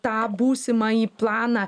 tą būsimąjį planą